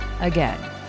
again